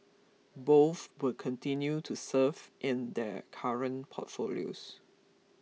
both will continue to serve in their current portfolios